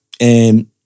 And-